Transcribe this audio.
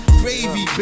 baby